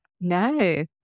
No